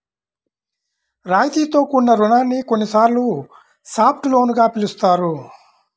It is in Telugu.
రాయితీతో కూడిన రుణాన్ని కొన్నిసార్లు సాఫ్ట్ లోన్ గా పిలుస్తారు